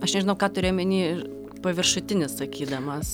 aš nežinau ką turi omeny paviršutinis sakydamas